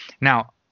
Now